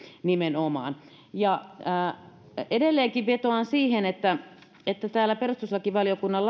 nimenomaan edelleenkin vetoan siihen että että täällä perustuslakivaliokunnan